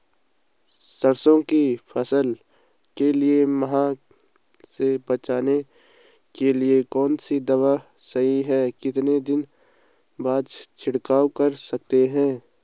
सरसों की फसल के लिए माह से बचने के लिए कौन सी दवा सही है कितने दिन बाद छिड़काव कर सकते हैं?